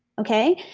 okay?